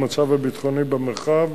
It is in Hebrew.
של המצב הביטחוני במרחב.